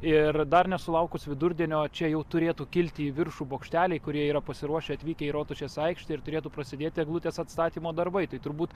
ir dar nesulaukus vidurdienio čia jau turėtų kilti į viršų bokšteliai kurie yra pasiruošę atvykę į rotušės aikštę ir turėtų prasidėti eglutės atstatymo darbai tai turbūt